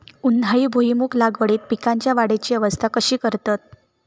उन्हाळी भुईमूग लागवडीत पीकांच्या वाढीची अवस्था कशी करतत?